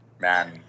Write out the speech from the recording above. Man